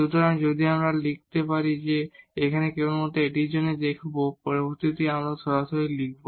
সুতরাং যদি আমরা পারি তবে আমি আপনাকে কেবল এটির জন্যই দেখাব পরবর্তীটিতে আমরা সরাসরি লিখব